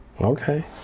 Okay